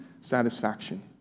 satisfaction